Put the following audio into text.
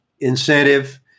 incentive